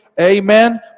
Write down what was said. amen